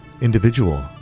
individual